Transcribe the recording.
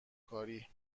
کاری